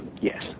Yes